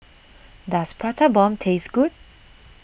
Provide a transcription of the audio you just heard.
does Prata Bomb taste good